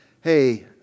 hey